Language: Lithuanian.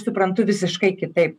suprantu visiškai kitai